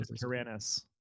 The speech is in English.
Tyrannus